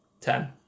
ten